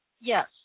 Yes